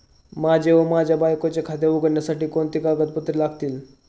माझे व माझ्या बायकोचे खाते उघडण्यासाठी कोणती कागदपत्रे लागतील?